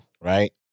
right